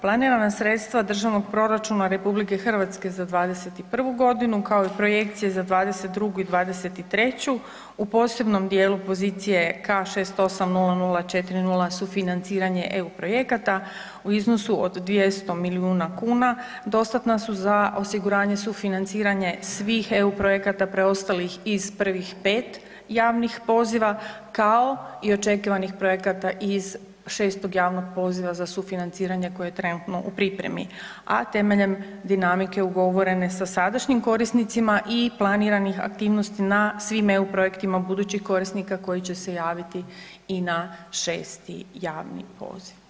Planirana sredstva Državnog proračuna RH za 2021. godinu kao i projekcije za 2022. i 2023. u posebnom dijelu pozicije K 680040 sufinanciranje eu projekata u iznosu od 200 milijuna kuna dostatna za osiguranje sufinanciranje svih eu projekata preostalih iz prvih pet javnih poziva kao i očekivanih projekata iz 6. javnog poziva za sufinanciranje koje je trenutno u pripremi, a temeljem dinamike ugovorene sa sadašnjim korisnicima i planiranih aktivnosti na svim eu projektima budućih korisnika koji će se javiti i na 6. javni poziv.